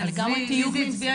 שזה לגמרי תיוג.